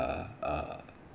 uh uh